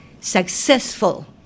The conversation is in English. successful